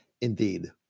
Indeed